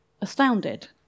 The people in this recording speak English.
astounded